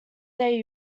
day